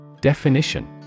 definition